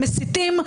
מסיתים,